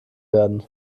werden